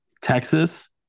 Texas